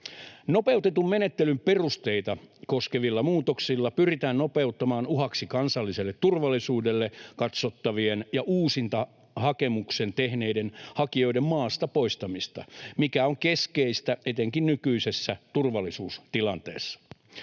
Nopeutetun menettelyn perusteita koskevilla muutoksilla pyritään nopeuttamaan uhaksi kansalliselle turvallisuudelle katsottavien ja uusintahakemuksen tehneiden hakijoiden maasta poistamista, mikä on keskeistä etenkin nykyisessä turvallisuustilanteessa.